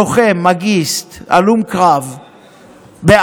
לוחם, מאגיסט, הלום קרב בעזה,